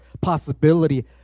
possibility